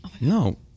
No